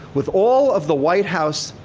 with all of the white house